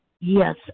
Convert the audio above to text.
Yes